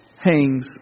Hangs